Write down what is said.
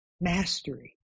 mastery